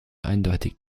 eindeutig